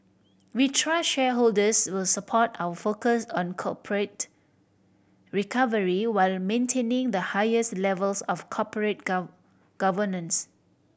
we trust shareholders will support our focus on corporate recovery while maintaining the highest levels of corporate governance